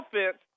offense